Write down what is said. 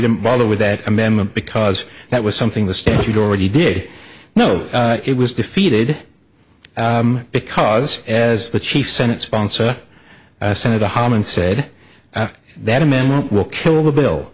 didn't bother with that amendment because that was something the stampede already did know it was defeated because as the chief senate sponsor the senate hamann said that amendment will kill the bill